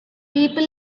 people